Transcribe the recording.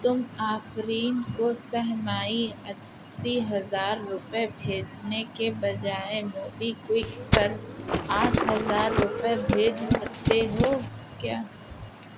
تم آفرین کو سہ ماہی اسی ہزار روپئے بھیجنے کے بجائے موبی کوئک پر آٹھ ہزار روپئے بھیج سکتے ہو کیا